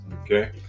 Okay